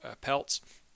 pelts